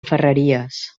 ferreries